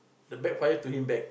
the backfires to him back